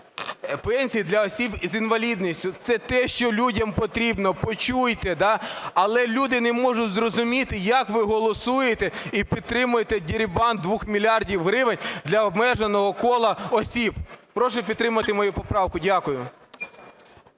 пенсій для осіб з інвалідністю. Це те, що людям потрібно. Почуйте! Але люди не можуть зрозуміти, як ви голосуєте і підтримуєте дерибан 2 мільярдів гривень для обмеженого кола осіб. Прошу підтримати мою поправку. Дякую.